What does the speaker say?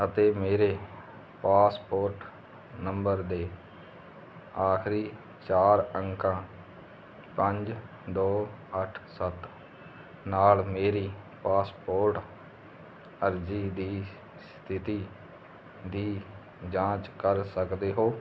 ਅਤੇ ਮੇਰੇ passport number ਦੇ ਆਖਰੀ ਚਾਰ ਅੰਕਾਂ ਪੰਜ ਦੋ ਅੱਠ ਸੱਤ ਨਾਲ ਮੇਰੀ ਪਾਸਪੋਰ੍ਟ ਅਰਜ਼ੀ ਦੀ ਸਥਿਤੀ ਦੀ ਜਾਂਚ ਕਰ ਸਕਦੇ ਹੋ